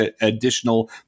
additional